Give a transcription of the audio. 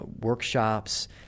workshops